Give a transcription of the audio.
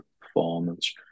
performance